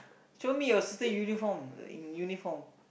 show me your sister uniform in uniform